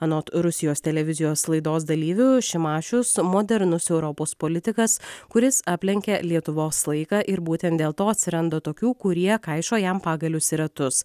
anot rusijos televizijos laidos dalyvių šimašius modernus europos politikas kuris aplenkė lietuvos laiką ir būtent dėl to atsiranda tokių kurie kaišio jam pagalius į ratus